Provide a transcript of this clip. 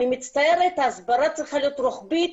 אני מצטערת, ההסברה צריכה להיות רוחבית,